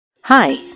Hi